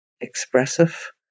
expressive